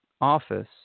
office